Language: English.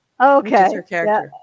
okay